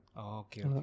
Okay